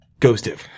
ghostive